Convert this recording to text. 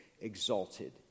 exalted